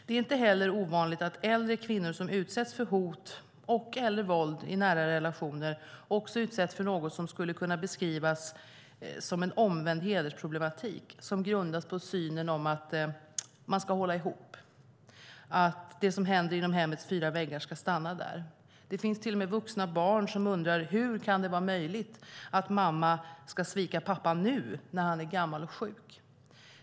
Det är inte heller ovanligt att äldre kvinnor som utsätts för hot eller våld i nära relationer också utsätts för något som skulle kunna beskrivas som en omvänd hedersproblematik som grundas på synen att man ska hålla ihop och att det som händer inom hemmets fyra väggar ska stanna där. Det finns till och med vuxna barn som undrar hur det kan vara möjligt att mamma ska svika pappa nu när han är gammal och sjuk.